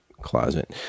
closet